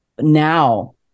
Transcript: now